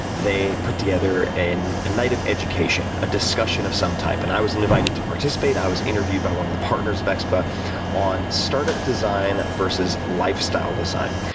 they put together a and and night of education, a discussion of some type. and i was invited to participate i was interviewed by one of the partners of expa on startup design versus lifestyle design.